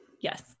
Yes